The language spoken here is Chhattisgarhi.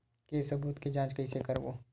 के सबूत के जांच कइसे करबो?